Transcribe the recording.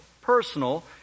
personal